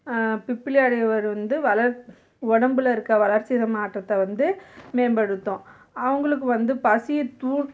பிப்பிளி இலைய வந்து வளர் உடம்புல இருக்க வளர்சித மாற்றத்தை வந்து மேம்படுத்தும் அவங்களுக்கு வந்து பசியை தூண்